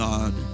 God